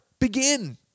Begin